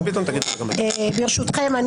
ברשותכם,